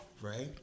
right